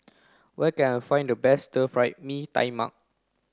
where can I find the best stir fry Mee Tai Mak